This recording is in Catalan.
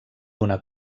donà